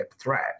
threat